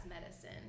medicine